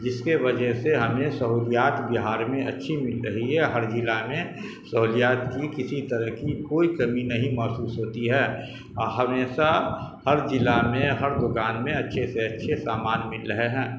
جس کے وجہ سے ہمیں سہولیات بہار میں اچھی مل رہی ہے ہر ضلع میں سہولیات کی کسی طرح کی کوئی کمی نہیں محسوس ہوتی ہے اور ہمیشہ ہر ضلع میں ہر دکان میں اچھے سے اچھے سامان مل رہے ہیں